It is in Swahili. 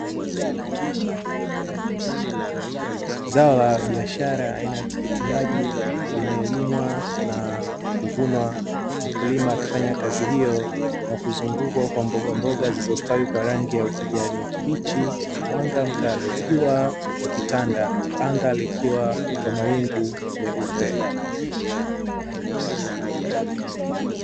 Zao la biashara aina ya tikiti maji limelimwa na kuvunwa. Mkulima akifanya kazi hiyo na kuzungukwa kwa mbogamboga zilizostawi kwa rangi ya ukijani kibichi, mwanga mkali wa jua ukitanda, anga likiwa kwa mawingu meupe.